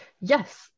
Yes